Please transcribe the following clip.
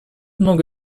много